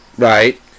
Right